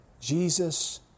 Jesus